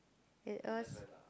it was